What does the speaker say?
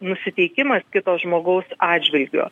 nusiteikimas kito žmogaus atžvilgiu